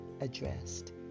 addressed